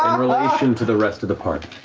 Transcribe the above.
um relation to the rest of the party.